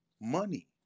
money